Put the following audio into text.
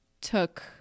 took